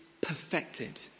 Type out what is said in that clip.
perfected